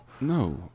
No